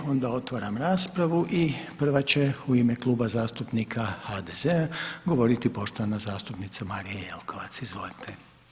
Onda otvaram raspravu i prava će u ime Kluba zastupnika HDZ-a, govoriti poštovana zastupnica Marija Jelkovac, izvolite.